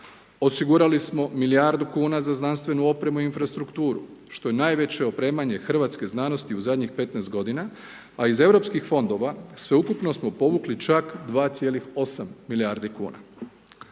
osigurali smo milijardu kuna za znanstvenu opremu i infrastrukturu što je najveće opremanje hrvatske znanosti u zadnjih 15 godina, a iz europskih fondova sveukupno smo povukli čak 2,8 milijardi kuna.